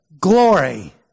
glory